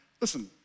listen